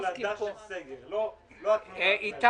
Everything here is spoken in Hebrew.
איתי